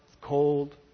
cold